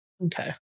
Okay